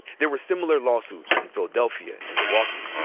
there were similar lawsuits in philadelphia and milwaukee.